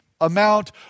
amount